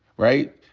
right?